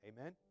Amen